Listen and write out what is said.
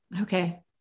Okay